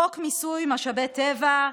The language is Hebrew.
חוק מיסוי משאבי טבע,